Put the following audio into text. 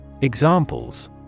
Examples